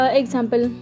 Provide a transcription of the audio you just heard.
example